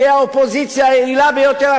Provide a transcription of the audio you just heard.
תהיה האופוזיציה היעילה ביותר,